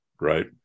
right